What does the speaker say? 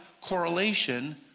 correlation